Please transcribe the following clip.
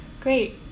Great